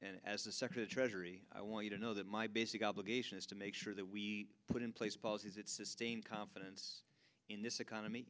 and as the secretary i want you to know that my basic obligation is to make sure that we put in place policies that sustain confidence in this economy